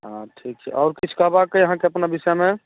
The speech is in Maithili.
हँ ठीक छै आओर किछु कहबाके अछि अहाँके अपना विषयमे